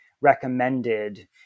recommended